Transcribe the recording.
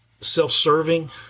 self-serving